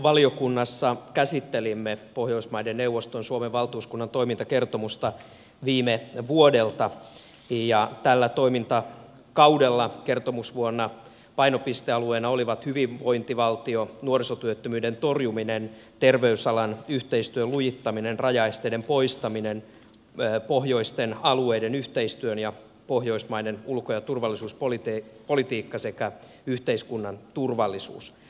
ulkoasiainvaliokunnassa käsittelimme pohjoismaiden neuvoston suomen valtuuskunnan toimintakertomusta viime vuodelta ja tällä toimintakaudella kertomusvuonna painopistealueena olivat hyvinvointivaltio nuorisotyöttömyyden torjuminen terveysalan yhteistyön lujittaminen rajaesteiden poistaminen pohjoisten alueiden yhteistyö ja pohjoismaiden ulko ja turvallisuuspolitiikka sekä yhteiskunnan turvallisuus